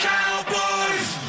Cowboys